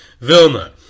Vilna